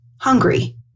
hungry